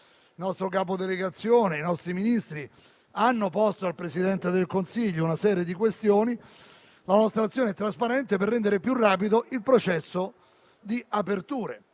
Il nostro capo delegazione e i nostri Ministri hanno posto al Presidente del Consiglio una serie di questioni per rendere più rapido il processo di apertura.